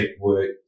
work